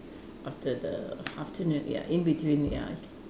after the afternoon ya in between ya